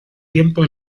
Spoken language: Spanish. tiempo